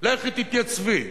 לכי תתייצבי.